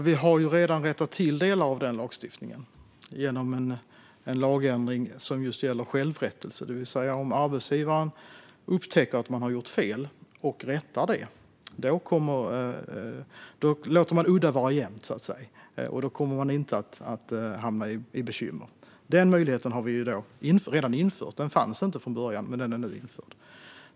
Fru talman! Vi har redan rättat till delar av denna lagstiftning genom en lagändring som gäller just självrättelse. Om arbetsgivaren upptäcker att det har gjorts fel och rättar till det låter vi udda vara jämnt, och då kommer man inte att hamna i bekymmer. Denna möjlighet fanns inte tidigare, men den har vi infört.